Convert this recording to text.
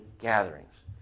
gatherings